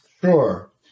Sure